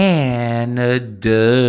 Canada